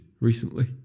recently